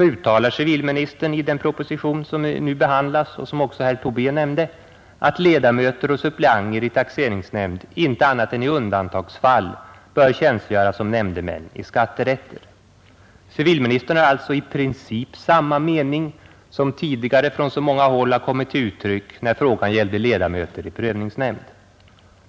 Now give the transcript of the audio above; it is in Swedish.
uttalar civilministern i den proposition som vi nu behandlar — som också herr Tobé nämnde — att ledamöter och suppleanter i taxeringsnämnd inte annat än i undantagsfall bör tjänstgöra som nämndemän i skatterätter. Civilministern har alltså i princip samma mening som tidigare från så många håll kommit till uttryck när frågan gällde ledamöter i prövnings nämnd.